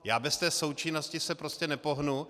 Já bez součinnosti se prostě nepohnu.